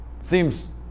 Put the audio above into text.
seems